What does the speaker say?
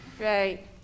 Right